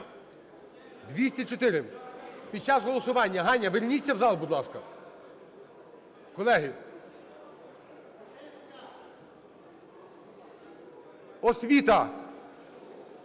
За-204 Під час голосування, Ганна, верніться в зал, будь ласка! Колеги! Освіта!